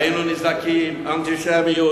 היינו נזעקים: אנטישמיות,